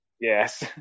Yes